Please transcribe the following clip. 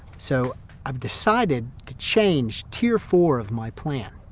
so i've decided to change tier four of my plan.